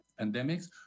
pandemics